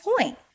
point